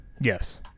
yes